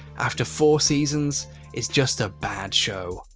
after four seasons it's just a bad show.